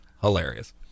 hilarious